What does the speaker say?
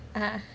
ah